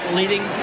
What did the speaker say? leading